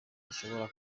gishobora